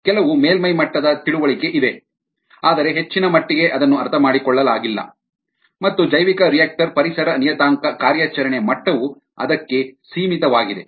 ಕೆಲವು ಮೇಲ್ಮೈ ಮಟ್ಟದ ತಿಳುವಳಿಕೆ ಇದೆ ಆದರೆ ಹೆಚ್ಚಿನ ಮಟ್ಟಿಗೆ ಅದನ್ನು ಅರ್ಥಮಾಡಿಕೊಳ್ಳಲಾಗಿಲ್ಲ ಮತ್ತು ಜೈವಿಕರಿಯಾಕ್ಟರ್ ಪರಿಸರ ನಿಯತಾಂಕ ಕಾರ್ಯಾಚರಣೆಯ ಮಟ್ಟವು ಅದಕ್ಕೆ ಸೀಮಿತವಾಗಿದೆ